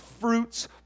fruits